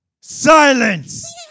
Silence